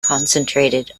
concentrated